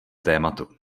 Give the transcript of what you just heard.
tématu